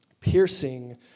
piercing